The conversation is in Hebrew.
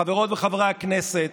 חברות וחברי הכנסת,